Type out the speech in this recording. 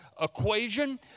equation